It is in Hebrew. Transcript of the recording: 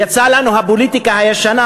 יצאה לנו הפוליטיקה הישנה,